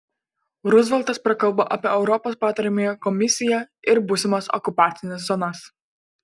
ruzveltas prakalbo apie europos patariamąją komisiją ir būsimas okupacines zonas